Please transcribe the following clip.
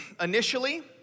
initially